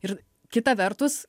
ir kita vertus